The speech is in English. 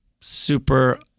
super